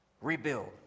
Rebuild